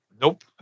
nope